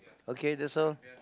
okay that's all